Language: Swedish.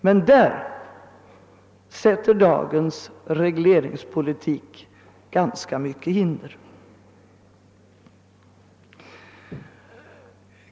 Men därvidlag reser dagens regleringspolitik ganska mycket hinder.